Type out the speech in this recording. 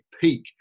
peak